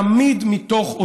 תמיד מתוך עוצמה.